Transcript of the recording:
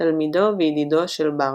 תלמידו וידידו של בארטוק.